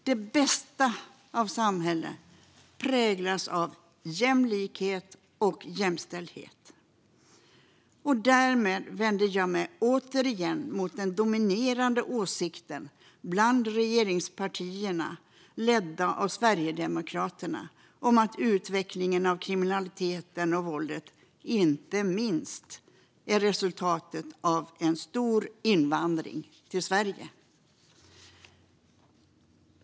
Det bästa av samhällen präglas av jämlikhet och jämställdhet. Därmed vänder jag mig återigen emot den dominerande åsikten bland regeringspartierna, ledda av Sverigedemokraterna, att utvecklingen av kriminaliteten och våldet inte minst skulle vara resultat av en stor invandring till Sverige.